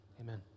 Amen